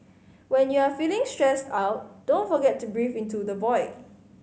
when you are feeling stressed out don't forget to breathe into the void